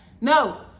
No